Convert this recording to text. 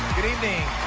good evening!